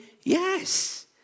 Yes